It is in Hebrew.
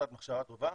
עמותת מחשבה טובה,